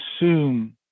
assume